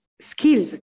skills